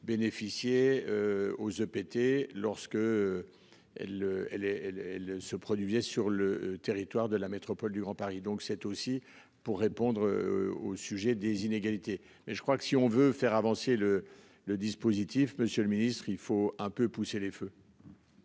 Bénéficier. Aux EPT. Lorsque. Elle elle elle elle se produisait sur le territoire de la métropole du Grand Paris. Donc c'est aussi pour répondre au sujet des inégalités et je crois que si on veut faire avancer le le dispositif. Monsieur le ministre, il faut un peu poussé les feux.